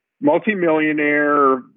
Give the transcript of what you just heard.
multimillionaire